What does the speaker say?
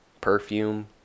Perfume